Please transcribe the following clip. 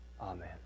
Amen